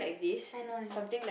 I know I know